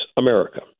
America